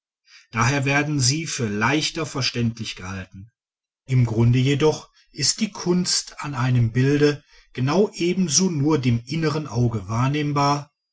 daher werden sie für leichter verständlich gehalten im grunde jedoch ist die kunst an einem bilde genau ebenso nur dem inneren auge wahrnehmbar